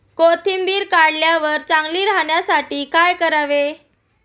कोथिंबीर काढल्यावर चांगली राहण्यासाठी काय करावे?